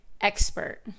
expert